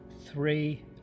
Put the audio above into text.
three